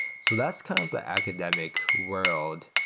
so that's kind of the academic world.